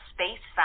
Space